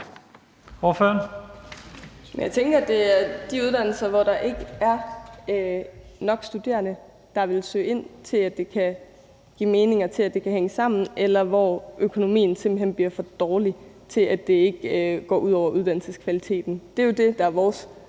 (EL): Jeg tænker, at det er de uddannelser, hvor der ikke er nok studerende, der vil søge ind, til, at det kan give mening, og til, at det kan hænge sammen, eller hvor økonomien simpelt hen bliver så dårlig, at det går ud over uddannelseskvaliteten. Det er jo det, der er vores